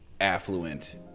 affluent